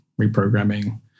reprogramming